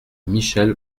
michèle